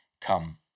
come